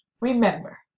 Remember